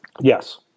Yes